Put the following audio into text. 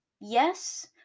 Yes